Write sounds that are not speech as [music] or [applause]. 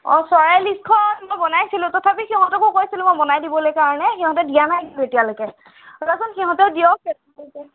অ চৰাই লিষ্টখন মই বনাইছিলোঁ তথাপি সিহঁতকো কৈছিলোঁ মই বনাই দিবলৈ কাৰণে সিহঁতে দিয়া নাই কিন্তু এতিয়ালৈকে ৰ'বাচোন সিহঁতে দিয়ক [unintelligible]